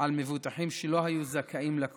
על מבוטחים שלא היו זכאים לה קודם,